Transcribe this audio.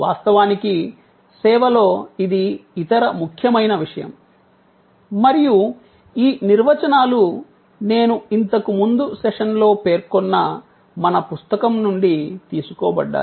వాస్తవానికి సేవలో ఇది ఇతర ముఖ్యమైన విషయం మరియు ఈ నిర్వచనాలు నేను ఇంతకు ముందు సెషన్లో పేర్కొన్న మన పుస్తకం నుండి తీసుకోబడ్డాయి